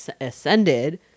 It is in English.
ascended